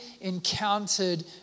encountered